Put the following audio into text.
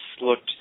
looked